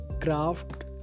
craft